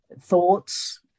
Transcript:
thoughts